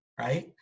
right